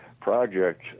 project